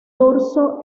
dorso